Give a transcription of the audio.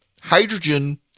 hydrogen